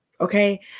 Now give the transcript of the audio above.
Okay